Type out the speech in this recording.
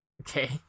Okay